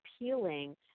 appealing